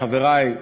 לחברי,